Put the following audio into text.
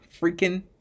freaking